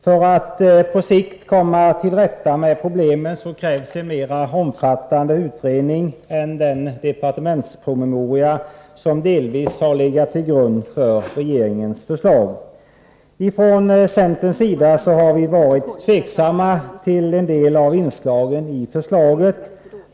För att på sikt komma till rätta med problemen krävs en mera omfattande utredning än den departementspromemoria som delvis har legat till grund för regeringens förslag. Från centerns sida har vi varit tveksamma till en del av inslagen i förslaget.